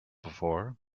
before